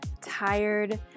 tired